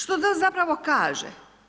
Što to zapravo kaže?